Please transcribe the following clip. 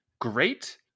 great